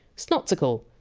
snotsicle,